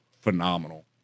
phenomenal